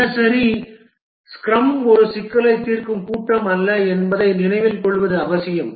தினசரி ஸ்க்ரம் ஒரு சிக்கலைத் தீர்க்கும் கூட்டம் அல்ல என்பதை நினைவில் கொள்வது அவசியம்